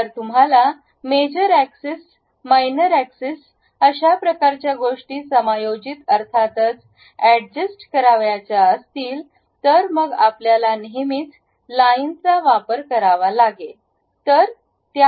जर तुम्हाला major axis minor axis अशा प्रकारच्या गोष्टी समायोजित अर्थातच ऍडजेस्ट करायच्या असतील तर मग आपल्याला नेहमीच लाइन चा वापर करावा लागेल